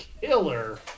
killer